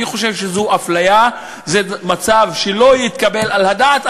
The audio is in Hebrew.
אני חושב שזו אפליה, זה מצב שלא יתקבל על הדעת.